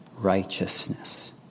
Righteousness